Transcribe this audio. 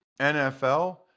NFL